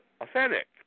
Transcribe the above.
authentic